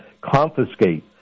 confiscate